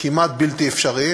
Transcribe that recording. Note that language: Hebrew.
כמעט בלתי אפשריים.